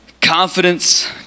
Confidence